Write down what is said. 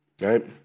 Right